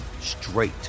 straight